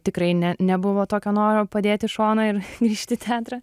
tikrai ne nebuvo tokio noro padėt šoną ir grįžt į teatrą